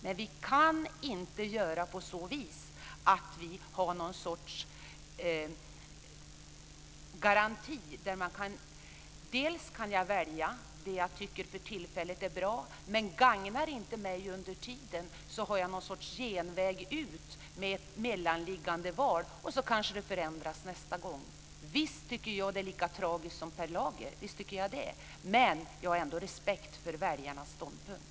Men vi kan inte göra på så vis att vi har någon sorts garanti där jag kan välja det jag tycker för tillfället är bra, men gagnar det inte mig under tiden har jag någon sorts genväg ut med ett mellanliggande val. Och så kanske det förändras nästa gång. Visst tycker jag att det är lika tragiskt som Per Lager, men jag har ändå respekt för väljarnas ståndpunkt.